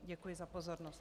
Děkuji za pozornost.